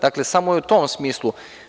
Dakle, samo je u tom smislu.